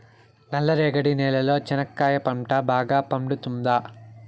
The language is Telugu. నల్ల రేగడి నేలలో చెనక్కాయ పంట బాగా పండుతుందా?